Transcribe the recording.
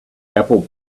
apple